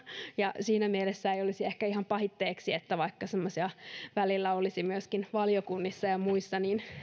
ja siinä mielessä ei olisi ehkä ihan pahitteeksi että välillä olisi myöskin valiokunnissa ja muissa